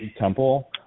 temple